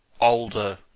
older